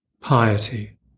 piety